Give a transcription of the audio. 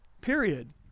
period